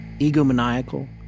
egomaniacal